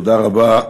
תודה רבה.